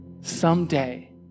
someday